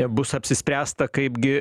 bus apsispręsta kaip gi